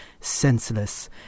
senseless